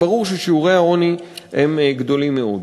וברור ששיעורי העוני גדולים מאוד.